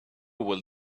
will